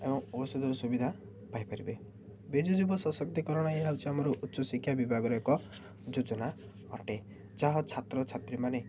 ଏବଂ ଔଷଧର ସୁବିଧା ପାଇପାରିବେ ବିଜୁ ଯୁବ ସଶକ୍ତିକରଣ ଏହା ହେଉଛି ଆମର ଉଚ୍ଚ ଶିକ୍ଷା ବିଭାଗରେ ଏକ ଯୋଜନା ଅଟେ ଯାହା ଛାତ୍ର ଛାତ୍ରୀମାନେ